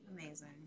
Amazing